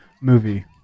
movie